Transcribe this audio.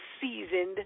seasoned